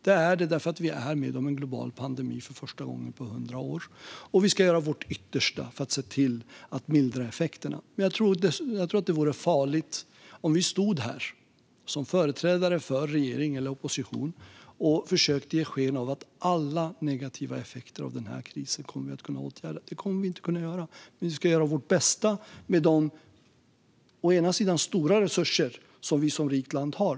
Det är tufft för att vi för första gången på hundra år är med om en global pandemi. Vi ska göra vårt yttersta för att mildra effekterna. Jag tror dock att det vore farligt om vi stod här som företrädare för regering eller opposition och försökte ge sken av att vi kommer att kunna åtgärda alla negativa effekter av krisen. Det kommer vi inte att kunna göra. Men vi ska göra vårt bästa med de stora resurser som vi som rikt land har.